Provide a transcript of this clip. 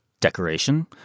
Decoration